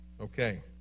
Okay